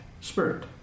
spirit